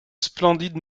splendide